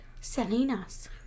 Selina's